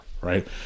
right